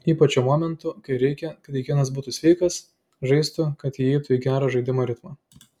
ypač šiuo momentu kai reikia kad kiekvienas būtų sveikas žaistų kad įeitų į gerą žaidimo ritmą